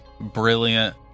brilliant